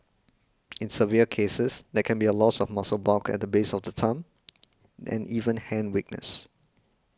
in severe cases there can be a loss of muscle bulk at the base of the thumb and even hand weakness